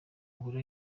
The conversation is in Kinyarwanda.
ngoro